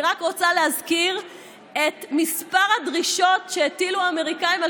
אני רק רוצה להזכיר את מספר הדרישות שהטילו האמריקאים על